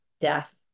death